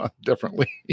differently